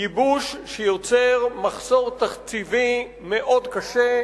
ייבוש שיוצר מחסור תקציבי מאוד קשה,